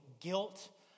guilt